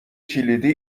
کلیدی